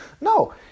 No